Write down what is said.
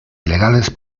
ilegales